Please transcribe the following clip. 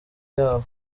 yabo